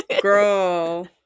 girl